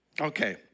Okay